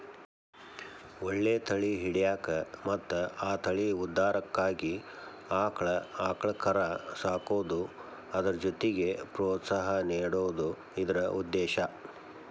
ಒಳ್ಳೆ ತಳಿ ಹಿಡ್ಯಾಕ ಮತ್ತ ಆ ತಳಿ ಉದ್ಧಾರಕ್ಕಾಗಿ ಆಕ್ಳಾ ಆಕಳ ಕರಾ ಸಾಕುದು ಅದ್ರ ಜೊತಿಗೆ ಪ್ರೋತ್ಸಾಹ ನೇಡುದ ಇದ್ರ ಉದ್ದೇಶಾ